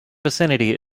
vicinity